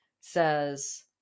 says